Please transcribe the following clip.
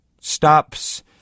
stops